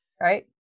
right